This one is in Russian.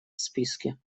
списке